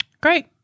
Great